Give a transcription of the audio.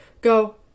go